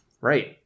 Right